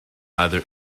either